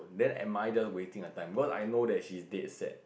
then I might just wasting her time because I know that she's dead set